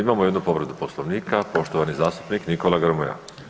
Imamo jednu povredu Poslovnika, poštovani zastupnik Nikola Grmoja.